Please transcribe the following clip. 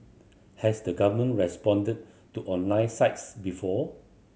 has the government responded to online sites before